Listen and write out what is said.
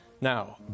Now